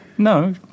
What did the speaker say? No